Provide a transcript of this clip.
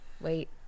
Wait